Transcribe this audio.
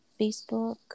Facebook